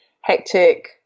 hectic